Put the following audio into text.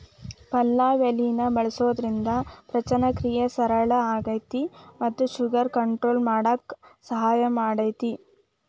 ಪಲಾವ್ ಎಲಿನ ಬಳಸೋದ್ರಿಂದ ಪಚನಕ್ರಿಯೆ ಸರಳ ಆಕ್ಕೆತಿ ಮತ್ತ ಶುಗರ್ ಕಂಟ್ರೋಲ್ ಮಾಡಕ್ ಸಹಾಯ ಮಾಡ್ತೆತಿ